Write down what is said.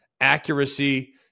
accuracy